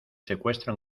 secuestro